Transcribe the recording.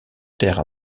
taire